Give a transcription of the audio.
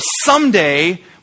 someday